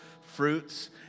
Fruits